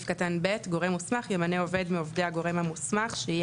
(ב) גורם מוסמך ימנה עובד מעובדי הגורם המוסמך שיהיה